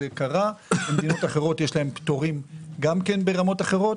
במדינות אחרות יש פטורים ברמות אחרות.